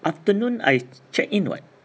afternoon I check in [what]